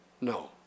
No